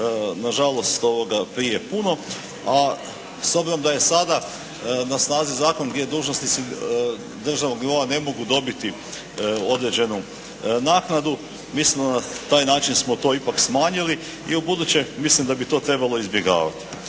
nažalost prije puno a s obzirom da je sada na snazi zakon gdje dužnosnici državnog nivoa ne mogu dobiti određenu naknadu mi smo na taj način smo to ipak smanjili i ubuduće mislim da bi to trebalo izbjegavati.